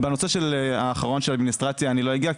בנושא האחרון של אדמיניסטרציה אני לא אגע,